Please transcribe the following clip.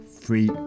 free